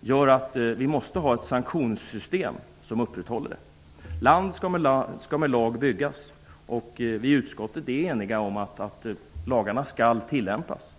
gör att vi måste ha ett sanktionssystem som upprätthåller dem. Land skall med lag byggas. Vi i utskottet är eniga om att lagarna skall tillämpas.